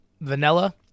vanilla